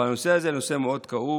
אבל הנושא הזה הוא נושא מאוד כאוב.